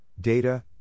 data